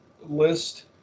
list